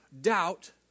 doubt